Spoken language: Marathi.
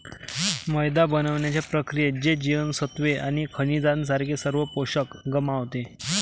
मैदा बनवण्याच्या प्रक्रियेत, ते जीवनसत्त्वे आणि खनिजांसारखे सर्व पोषक गमावते